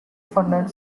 funded